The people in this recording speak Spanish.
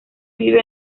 vive